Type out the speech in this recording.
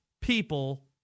people